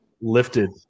Lifted